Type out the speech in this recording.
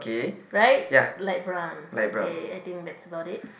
right light brown okay I think that's about it